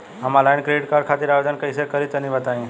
हम online credit card खातिर आवेदन कइसे करि तनि बताई?